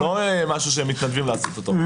זה לא משהו שמתנדבים לעשות אותו.